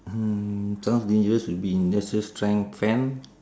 mm sounds dangerous would be industrial strength fan